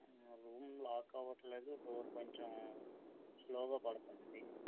room lock అవ్వటం లేదు door కొంచెం స్లో గా పడుతుంది